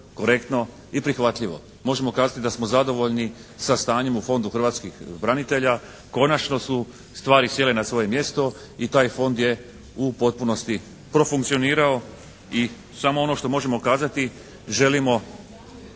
korektno i prihvatljivo. Možemo kazati da smo zadovoljni sa stanjem u Fondu hrvatskih branitelja. Konačno su stvari sjele na svoje mjesto i taj Fond je u potpunosti profunkcioniraju. I samo ono što možemo kazati želimo